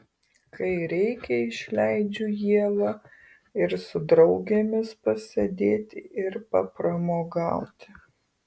kai reikia išleidžiu ievą ir su draugėmis pasėdėti ir papramogauti